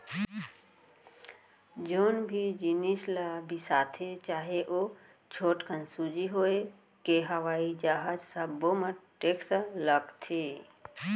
जेन भी जिनिस ल बिसाथे चाहे ओ छोटकन सूजी होए के हवई जहाज सब्बो म टेक्स लागथे